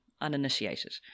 uninitiated